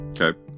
okay